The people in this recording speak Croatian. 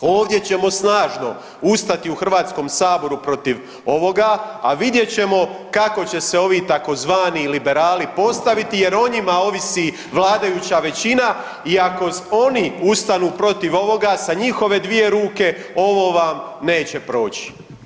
Ovdje ćemo snažno ustati u HS-u protiv ovoga, a vidjet ćemo kako će se ovi tzv. liberali postaviti jer o njima ovisi vladajuća većina i ako onu ustanu protiv ovoga, sa njihove dvije ruke, ovo vam neće proći.